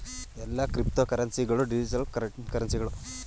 ಎಲ್ಲಾ ಕ್ರಿಪ್ತೋಕರೆನ್ಸಿ ಗಳು ಡಿಜಿಟಲ್ ಕರೆನ್ಸಿಗಳು